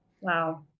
Wow